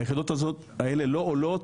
היחידות האלה לא עולות,